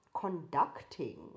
conducting